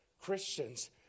Christians